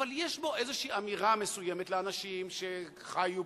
אבל יש בו איזו אמירה מסוימת לאנשים שחיו פה,